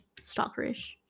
stalkerish